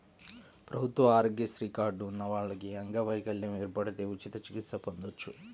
ప్రభుత్వ ఆరోగ్యశ్రీ కార్డు ఉన్న వాళ్లకి అంగవైకల్యం ఏర్పడితే ఉచిత చికిత్స పొందొచ్చు